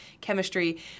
chemistry